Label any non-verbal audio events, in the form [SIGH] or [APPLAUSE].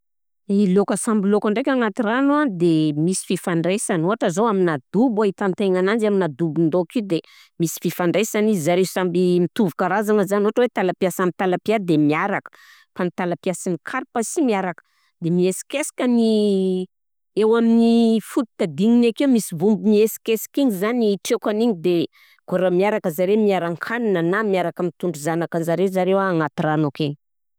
I lôka samby lôka ndraika agnaty rano an de misy fifandraisany, ôhatra zao amina dobo ahitantegna ananjy, amina dobon-dôko i de misy fifandraisany izy zare samby mitovy karazagna zany, ôhatra hoe talapià samby talapià de miaraka, fa ny talapià sy ny carpe sy miaraka, de miesikesika ny [HESITATION] eo amin'ny foto-tadigniny ake misy vombo mihesikesiky igny zany treokanigny de koa raha miaraka zare miaran-kanina na miaraka mitondry zanakanjare zareo an agnaty rano ake.